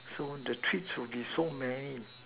so the treats will be so many